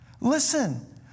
Listen